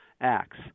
acts